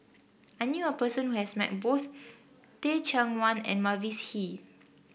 I knew a person who has met both Teh Cheang Wan and Mavis Hee